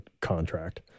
contract